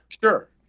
Sure